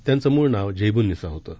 त्यांचं मूळ नाव झैब्न्निसा होतं